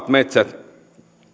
metsät